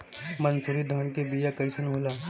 मनसुरी धान के बिया कईसन होला?